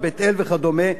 "בית-אל" וכדומה,